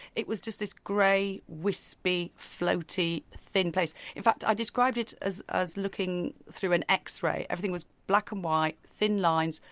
it was just this grey wispy floaty thin place, in fact i described it as as looking through an x-ray everything was black and white, thin lines,